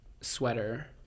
sweater